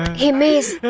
himesh.